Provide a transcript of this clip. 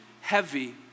heavy